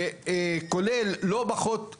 זה עובר לחקירת פיצו"ח כדי להטיל